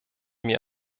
mir